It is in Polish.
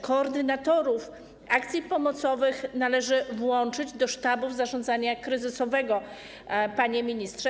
Koordynatorów akcji pomocowych należy włączyć do sztabów zarządzania kryzysowego, panie ministrze.